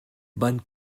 van